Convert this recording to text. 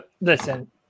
listen